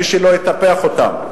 מי שלא יטפח אותם,